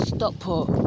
Stockport